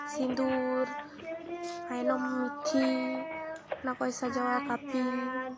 ᱥᱤᱸᱫᱩᱨ ᱟᱭᱱᱚᱢ ᱢᱤᱛᱷᱤ ᱚᱱᱟᱠᱚᱭ ᱥᱟᱡᱟᱣᱟ ᱠᱟᱹᱯᱤ